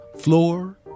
floor